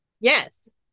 Yes